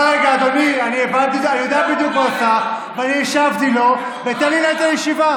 אבל איתן, הוא פנה אליך כדי שאתה תשתיק אותו.